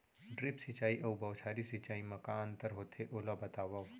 Drip सिंचाई अऊ बौछारी सिंचाई मा का अंतर होथे, ओला बतावव?